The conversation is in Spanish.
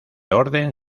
orden